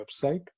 website